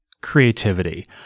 creativity